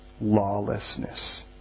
lawlessness